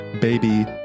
baby